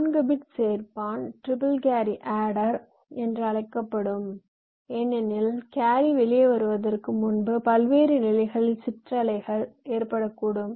4 bit சேர்பான் ripple carry adder என்று அழைக்கப்படும் ஏனெனில் கேரி வெளியே வருவதற்கு முன்பு பல்வேறு நிலைகளில் சிற்றலை ஏற்படக்கூடும்